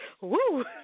woo